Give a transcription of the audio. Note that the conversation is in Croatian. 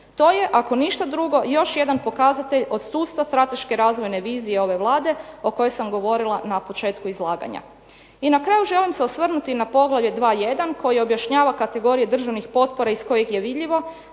To je, ako ništa drugo još jedan pokazatelj odsustva strateške razvojne vizije ove Vlade o kojoj sam govorila na početku izlaganja. I na kraju želim se osvrnuti na poglavlje 2.1 koje objašnjava kategorije državnih potpora iz kojih je vidljivo